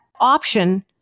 option